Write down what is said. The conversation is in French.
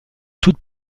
toute